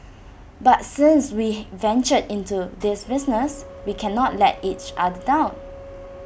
but since we ventured into this business we cannot let each other down